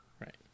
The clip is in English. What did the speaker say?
Right